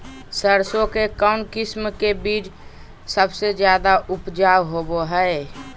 सरसों के कौन किस्म के बीच सबसे ज्यादा उपजाऊ होबो हय?